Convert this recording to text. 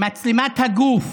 מצלמת הגוף.